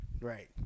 Right